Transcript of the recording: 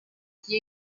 qui